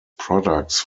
products